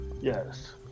Yes